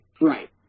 Right